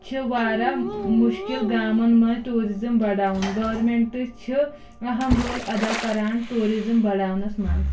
چھو وریاہ مُشکِل گامن منز ٹوٗرزم بڑاوُن گورمنٹ چھ اہم رول اَدا کَران ٹوٗرزم بڑاونس منز